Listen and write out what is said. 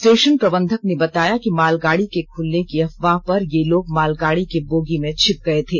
station प्रबंधक ने बताया कि मालगाड़ी के खुलने की अफवाह पर ये लोग मालगाड़ी के बोगी में छिप गए थे